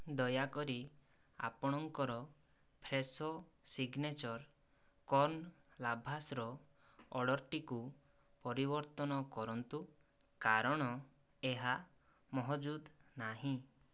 ଦୟାକରି ଆପଣଙ୍କର Fresho signature corn ଲାଭାଶ୍ର ଅର୍ଡ଼ର୍ଟିକୁ ପରିବର୍ତ୍ତନ କରନ୍ତୁ କାରଣ ଏହା ମହଜୁଦ ନାହିଁ